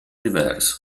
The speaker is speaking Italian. diverso